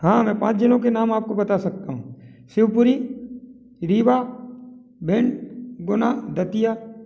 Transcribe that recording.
हाँ मैं पाँच जनों के नाम आपको बता सकता हूँ शिवपुरी रीवा भिंड गुना दतिया